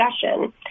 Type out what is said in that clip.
discussion